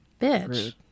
Bitch